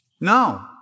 No